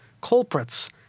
culprits